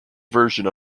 version